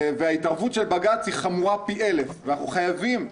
ההתערבות של בג"ץ היא חמורה פי אלף ואנחנו חייבים להימנע מהתערבות כזאת.